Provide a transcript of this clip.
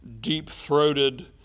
deep-throated